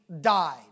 died